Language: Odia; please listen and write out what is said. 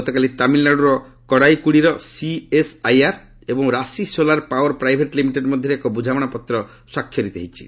ଗତକାଲି ତାମିଲନାଡ଼ୁର କଡ଼ାଇକ୍ତିଡ଼ିର ସିଏସ୍ଆଇଆର୍ ଏବଂ Rashi solar power private limited ମଧ୍ୟରେ ଏକ ବୁଝାମଣାପତ୍ର ସ୍ୱାକ୍ଷରିତ ହୋଇଛି